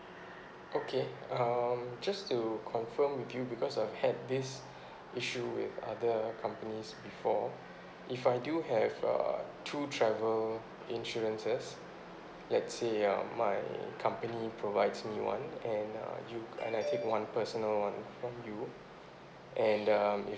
okay um just to confirm with you because I've had this issue with other companies before if I do have uh two travel insurances let's say um my company provides me one and uh you and I take one personal one from you and um